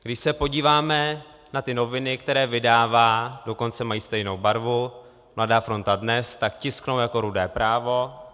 Když se podíváme na noviny, které vydává, dokonce mají stejnou barvu, Mladá fronta DNES, tak tisknou jako Rudé právo.